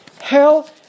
hell